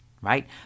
right